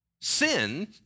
Sin